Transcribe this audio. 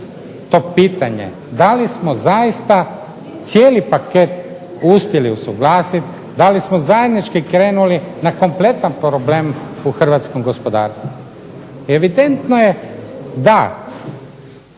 to pitanje da li smo zaista cijeli paket uspjeli usuglasiti, da li smo zajednički krenuli na kompletan problem u hrvatskom gospodarstvu. Evidentno je da